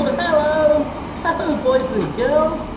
like hello! hello boys and girls.